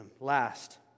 Last